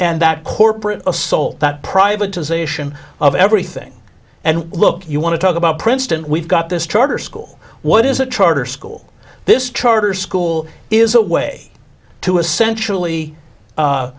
and that corporate assault that privatization of everything and look you want to talk about princeton we've got this charter school it is a charter school this charter school is a way to essentially